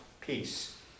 peace